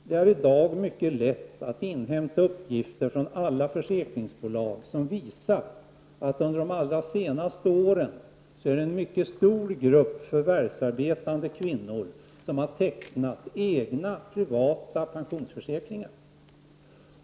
Det är i dag mycket lätt att inhämta uppgifter från alla försäkringsbolag som visar att en mycket stor grupp förvärvsarbetande kvinnor under de senaste åren har tecknat egna privata pensionsförsäkringar.